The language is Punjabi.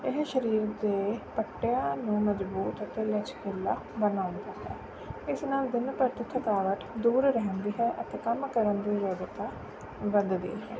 ਇਹ ਸਰੀਰ ਦੇ ਪੱਟਿਆਂ ਨੂੰ ਮਜ਼ਬੂਤ ਅਤੇ ਲਚਕੀਲਾ ਬਣਾਉਂਦਾ ਹੈ ਇਸ ਨਾਲ ਦਿਨ ਪ੍ਰਤੀ ਥਕਾਵਟ ਦੂਰ ਰਹਿੰਦੀ ਹੈ ਅਤੇ ਕੰਮ ਕਰਨ ਦੀ ਯੋਗਤਾ ਵੱਧਦੀ ਹੈ